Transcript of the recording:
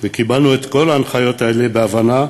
וקיבלנו את כל ההנחיות האלה בהבנה,